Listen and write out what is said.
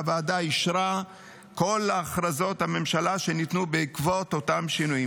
והוועדה אישרה את כל הכרזות הממשלה שניתנו בעקבות אותם שינויים.